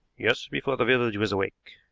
yes before the village was awake.